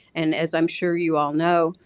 and as i'm sure you all know,